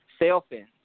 sailfin